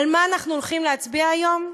על מה אנחנו הולכים להצביע היום?